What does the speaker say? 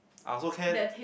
also can